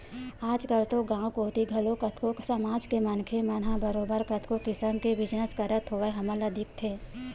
आजकल तो गाँव कोती घलो कतको समाज के मनखे मन ह बरोबर कतको किसम के बिजनस करत होय हमन ल दिखथे